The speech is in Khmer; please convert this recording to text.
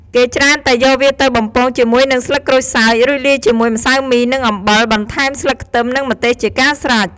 គេច្រើនតែយកវាទៅបំពងជាមួយនឹងស្លឹកក្រូចសើច រួចលាយជាមួយម្សៅមី និងអំបិល បន្ថែមស្លឹកខ្ទឹមនិងម្ទេសជាការស្រេច។